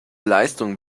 leistung